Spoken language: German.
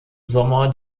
sommer